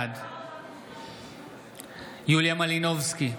בעד יוליה מלינובסקי,